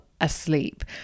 asleep